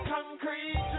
Concrete